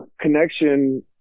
connection